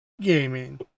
gaming